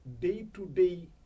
day-to-day